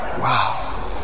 Wow